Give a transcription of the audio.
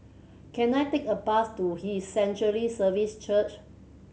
can I take a bus to His Sanctuary Services Church